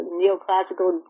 neoclassical